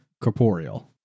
corporeal